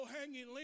hanging